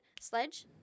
Sledge